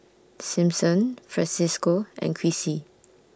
Simpson Francesco and Crissy